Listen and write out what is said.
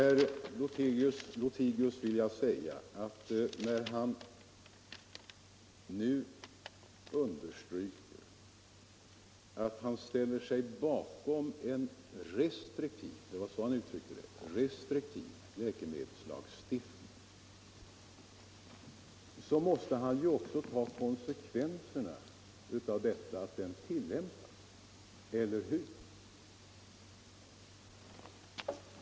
Till herr Lothigius vill jag säga att när han nu understryker att han vill ställa sig bakom en restriktiv — det var så han uttryckte det — lä Nr 132 kemedelslagstiftning, måste han också ta konsekvenserna av att den till Måndagen den lämpas, eller hur?